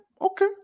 okay